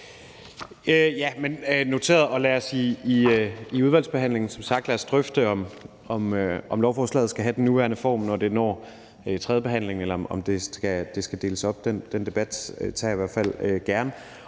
det er noteret, og lad os i udvalgsbehandlingen som sagt drøfte, om lovforslaget skal have den nuværende form, når det når tredjebehandlingen, eller om det skal deles op. Den debat tager jeg i hvert fald gerne.